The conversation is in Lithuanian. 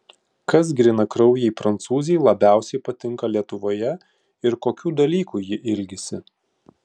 kas grynakraujei prancūzei labiausiai patinka lietuvoje ir kokių dalykų ji ilgisi